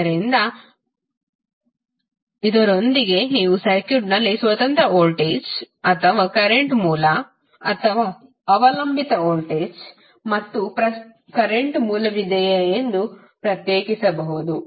ಆದ್ದರಿಂದ ಇದರೊಂದಿಗೆ ನೀವು ಸರ್ಕ್ಯೂಟ್ನಲ್ಲಿ ಸ್ವತಂತ್ರ ವೋಲ್ಟೇಜ್ ಅಥವಾ ಕರೆಂಟ್ ಮೂಲ ಅಥವಾ ಅವಲಂಬಿತ ವೋಲ್ಟೇಜ್ ಮತ್ತು ಕರೆಂಟ್ ಮೂಲವಿದೆಯೇ ಎಂದು ಪ್ರತ್ಯೇಕಿಸಬಹುದು